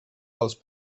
dels